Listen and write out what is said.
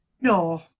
no